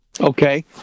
Okay